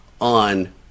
on